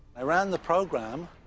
i ran the program,